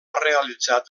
realitzat